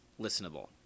listenable